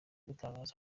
gutangaza